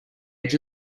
edge